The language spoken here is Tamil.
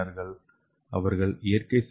அவர்கள் இயற்கை செல்லையும் ஜீனோமிக் டி